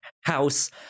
house